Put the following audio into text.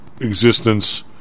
existence